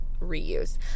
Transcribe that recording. reuse